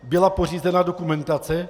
Byla pořízena dokumentace?